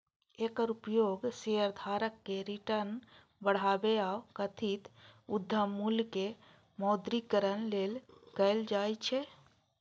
एकर उपयोग शेयरधारक के रिटर्न बढ़ाबै आ कथित उद्यम मूल्य के मौद्रीकरण लेल कैल जाइ छै